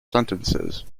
sentences